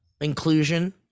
inclusion